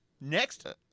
Next